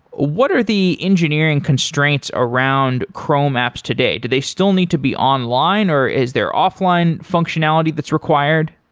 what are the engineering constraints around chrome apps today? do they still need to be online, or is there offline functionality that's required?